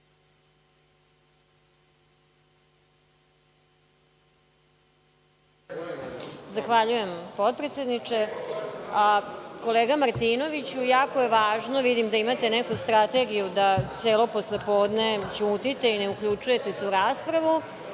Zahvaljujem. Kolega Martinoviću, jako je važno, vidim da imate neku strategiju da evo posle podne ćutite i ne uključujete se u raspravu,